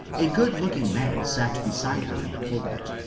a good-looking man sat beside her in the pulpit,